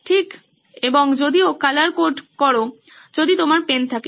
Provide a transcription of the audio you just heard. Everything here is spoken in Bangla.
ঠিক এবং যদিও কালার কোড করো যদি তোমার পেন থাকে